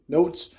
Notes